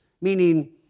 meaning